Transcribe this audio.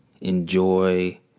enjoy